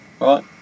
right